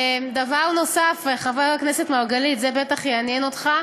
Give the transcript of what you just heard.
דבר נוסף, חבר הכנסת מרגלית, זה בטח יעניין אותך,